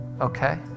okay